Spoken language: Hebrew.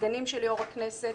סגנים של יו"ר הכנסת.